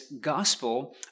gospel